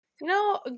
No